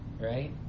right